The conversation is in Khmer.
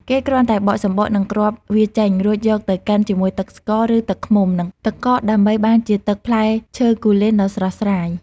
គេគ្រាន់តែបកសំបកនិងគ្រាប់វាចេញ រួចយកទៅកិនជាមួយទឹកស្ករ ឬទឹកឃ្មុំ និងទឹកកក ដើម្បីបានជាទឹកផ្លែឈើគូលែនដ៏ស្រស់ស្រាយ។